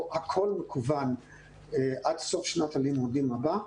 בכל למקוון עד סוף שנת הלימודים הבאה,